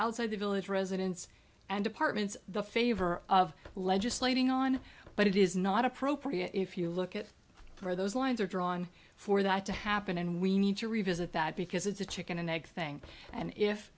outside the village residence and apartments the favor of legislating on but it is not appropriate if you look at for those lines are drawn for that to happen and we need to revisit that because it's a chicken and egg thing and if